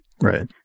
Right